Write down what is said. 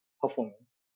performance